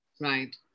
Right